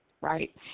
right